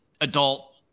adult